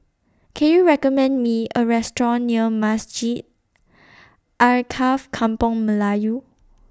Can YOU recommend Me A Restaurant near Masjid Alkaff Kampung Melayu